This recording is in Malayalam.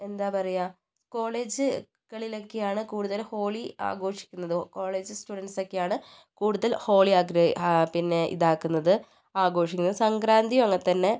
എന്താ പറയുക കോളേജുകളിലൊക്കെയാണ് കൂടുതൽ ഹോളി ആഘോഷിക്കുന്നത് കോളേജ് സ്റ്റുഡൻറ്സ് ഒക്കെയാണ് കൂടുതൽ ഹോളി ആഗ്രഹി പിന്നെ ഇതാക്കുന്നത് ആഘോഷിക്കുന്നത് സംക്രാന്തി അങ്ങനെ തന്നെ